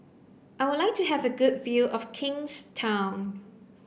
I would like to have a good view of Kingstown